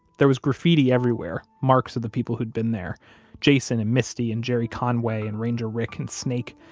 there was graffiti everywhere, marks of the people who'd been there jason, and misty, and jerry conway, and ranger rick, and snake,